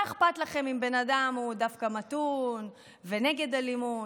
אכפת לכם אם בן אדם הוא דווקא מתון ונגד אלימות,